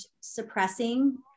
suppressing